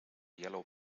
yellow